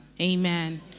Amen